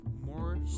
more